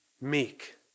meek